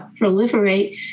proliferate